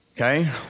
okay